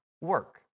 work